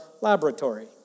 laboratory